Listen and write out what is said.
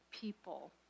people